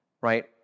right